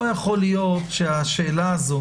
לא יכול להיות שהשאלה הזאת